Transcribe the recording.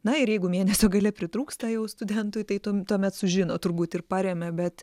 na ir jeigu mėnesio gale pritrūksta jau studentui tai tum tuomet sužino turbūt ir paremia bet